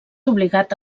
obligat